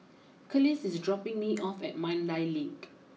Kelis is dropping me off at Mandai Lake